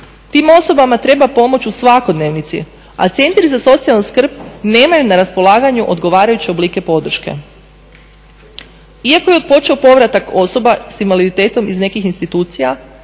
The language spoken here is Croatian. Tim osobama treba pomoći u svakodnevnici a centri za socijalnu skrb nemaju na raspolaganju odgovarajuće oblike podrške. Iako je počeo povratak osoba s invaliditetom iz nekih institucija